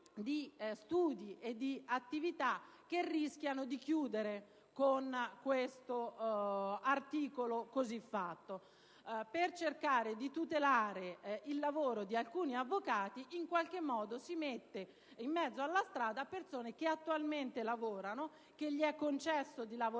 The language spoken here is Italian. di studi e di attività che rischiano di chiudere con una norma siffatta. Per cercare di tutelare il lavoro di alcuni avvocati, si mettono di fatto in mezzo alla strada persone che attualmente lavorano, cui è concesso di lavorare